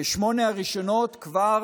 כשאת שמונה הראשונות כבר